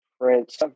Prince